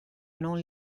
non